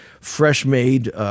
fresh-made